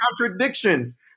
contradictions